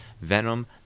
Venom